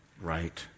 right